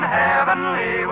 heavenly